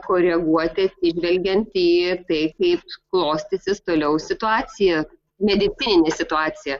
koreguoti atsižvelgiant į tai kaip klostysis toliau situacija medicininė situacija